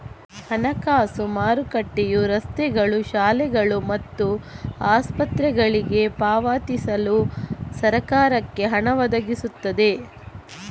ಹಣಕಾಸು ಮಾರುಕಟ್ಟೆಯು ರಸ್ತೆಗಳು, ಶಾಲೆಗಳು ಮತ್ತು ಆಸ್ಪತ್ರೆಗಳಿಗೆ ಪಾವತಿಸಲು ಸರಕಾರಕ್ಕೆ ಹಣ ಒದಗಿಸ್ತವೆ